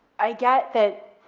i get that,